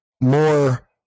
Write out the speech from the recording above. more